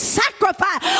sacrifice